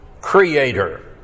creator